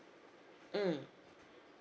mm